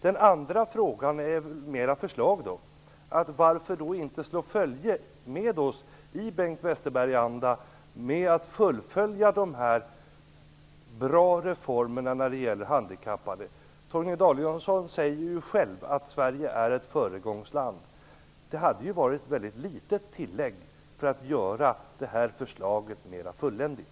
Den andra frågan är kanske mer av ett förslag: Varför då inte slå följe med oss och i Bengt Westerberg-anda fullfölja de här bra reformerna när det gäller handikappade? Torgny Danielsson säger ju själv att Sverige är ett föregångsland. Det hade varit ett väldigt litet tillägg för att göra det här förslaget mer fulländat.